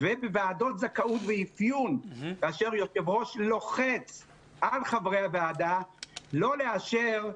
ובוועדות זכאות ואפיון כאשר יושב ראש לוחץ על חברי הוועדה לא לאשר,